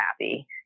happy